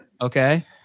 Okay